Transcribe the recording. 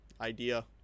idea